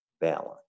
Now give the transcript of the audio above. balance